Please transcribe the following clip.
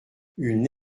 une